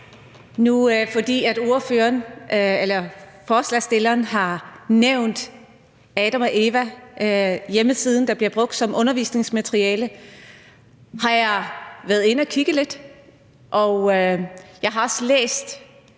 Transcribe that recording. Fordi forslagsstilleren nu har nævnt hjemmesiden www.adamogeva.dk, der bliver brugt som undervisningsmateriale, har jeg været inde og kigge lidt. Jeg har også læst